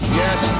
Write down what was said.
yes